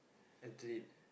athlete